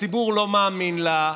הציבור לא מאמין לה.